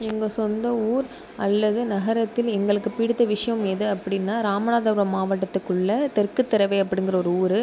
எங்கள் சொந்த ஊர் அல்லது நகரத்தில் எங்களுக்கு பிடித்த விஷயம் எது அப்படின்னா ராமநாதபுரம் மாவட்டத்துக்குள்ளே தெற்குத்திரவை அப்படிங்கிற ஒரு ஊர்